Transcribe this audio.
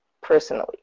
personally